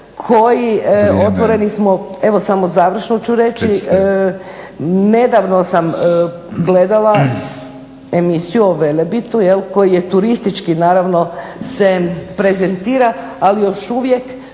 koji, otvoreni smo, evo samo završno ću reći, nedavno sam gledala emisiju o Velebitu koji turistički, naravno se prezentira, ali još uvijek